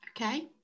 Okay